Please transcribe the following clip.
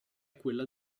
quella